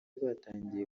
batangiye